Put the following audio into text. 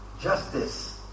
justice